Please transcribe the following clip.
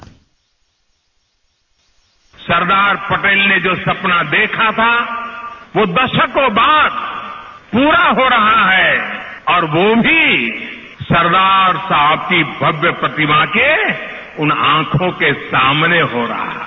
bite Sardar Patel ने जो सपना देखा था वो दशकों बाद पूरा हो रहा है और वो भी सरदार साहब की भव्य प्रतिमा के उन आंखों के सामने हो रहा है